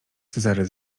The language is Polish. cezary